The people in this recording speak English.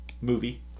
movie